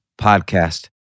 podcast